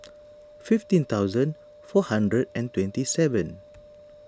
fifteen thousand four hundred and twenty seven